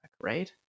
right